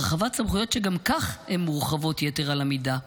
הרחבת סמכויות שגם כך הם מורחבות יתר על המידה.